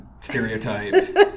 stereotype